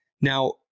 Now